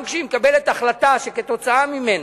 גם כשהיא מקבלת החלטה שכתוצאה ממנה,